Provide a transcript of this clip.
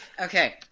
Okay